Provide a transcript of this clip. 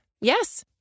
Yes